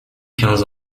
quinze